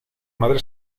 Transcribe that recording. madre